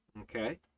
okay